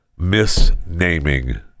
misnaming